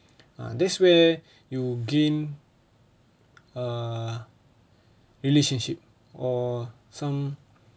uh this way you gain uh relationship or some